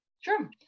Sure